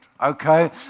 okay